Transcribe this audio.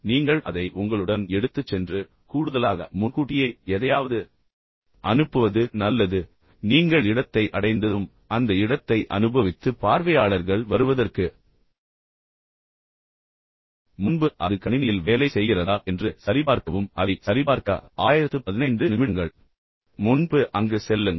எனவே நீங்கள் அதை உங்களுடன் எடுத்துச் சென்று கூடுதலாக முன்கூட்டியே எதையாவது அனுப்புவது நல்லது நீங்கள் இடத்தை அடைந்ததும் அந்த இடத்தை அனுபவித்து பார்வையாளர்கள் வருவதற்கு முன்பு அது கணினியில் வேலை செய்கிறதா என்று சரிபார்க்கவும் அதைச் சரிபார்க்க 1015 நிமிடங்கள் முன்பு அங்கு செல்லுங்கள்